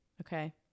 Okay